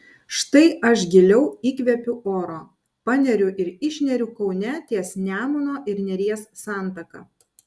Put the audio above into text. štai aš giliau įkvepiu oro paneriu ir išneriu kaune ties nemuno ir neries santaka